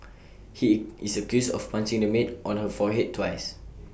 he is accused of punching the maid on her forehead twice